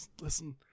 listen